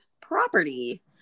property